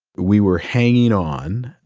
we were hanging on.